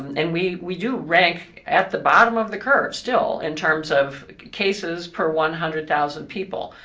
and we we do rank at the bottom of the curve still in terms of cases per one hundred thousand people,